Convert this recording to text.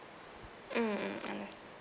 mm understand